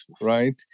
right